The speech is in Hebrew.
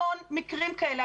המון מקרים כאלה.